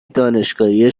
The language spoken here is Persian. دانشگاهی